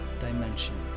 dimension